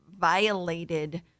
violated